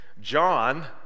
John